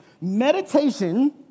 Meditation